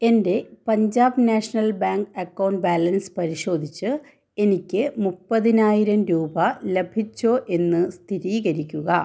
എൻ്റെ Punjab national bank account balance പരിശോധിച്ച് എനിക്ക് മുപ്പതിനായിരം രൂപ ലഭിച്ചോ എന്ന് സ്ഥിതീകരിക്കുക